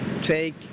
take